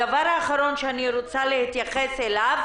הדבר האחרון שאני רוצה להתייחס אליו